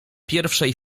pierwszej